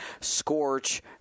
Scorch